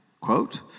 quote